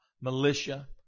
militia